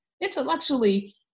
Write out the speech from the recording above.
intellectually